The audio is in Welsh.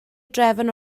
drefn